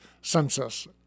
census